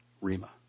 rima